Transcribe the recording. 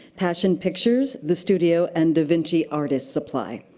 passion pictures, the studio, and davinci artist supply.